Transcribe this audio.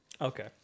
Okay